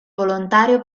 volontario